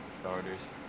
starters